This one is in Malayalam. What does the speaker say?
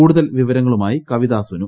കൂടുതൽ വിവരങ്ങളുമായി കവിത സുനു